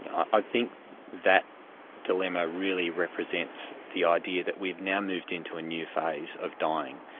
i think that dilemma really represents the idea that we've now moved into a new phase of dying.